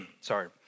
sorry